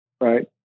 right